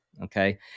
Okay